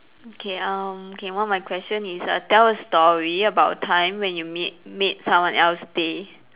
okay um okay one of my question is tell a story about a time when you made made someone else day